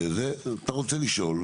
אתה רוצה לשאול,